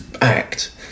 act